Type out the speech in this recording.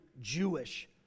Jewish